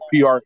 PR